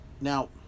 Now